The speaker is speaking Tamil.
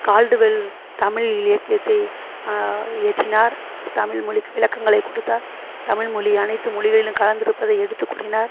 கால்டுவெல் தமிழ் இலக்கியத்தை இயற்றினார் அவர் தமிழ் மொழிக்கு விளக்கங்களை கொடுத்தார் தமிழ் மொழி அனைத்தும் மொழிகளிலும் கலந்திருப்பதை எடுத்துக் கூறினார்